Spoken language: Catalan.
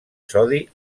sodi